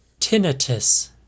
tinnitus